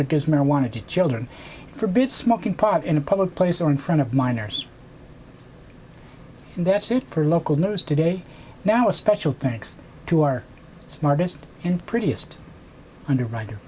or gives marijuana to children forbids smoking pot in a public place or in front of minors and that's it for local news today now a special thanks to our smartest and prettiest underwriter